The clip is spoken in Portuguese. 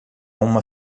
uma